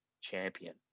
Champion